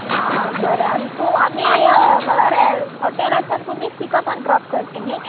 आं बरें आनी तूं आमी म्हळ्यार हॉटेलाच्यान तुमीच पिकअप आनी ड्रॉप करली न्ही